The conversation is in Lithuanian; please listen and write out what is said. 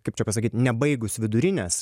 kaip čia pasakyt nebaigus vidurinės